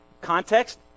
context